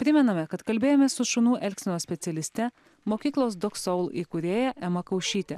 primename kad kalbėjomės su šunų elgsenos specialiste mokyklos dog soul įkūrėja ema kaušytė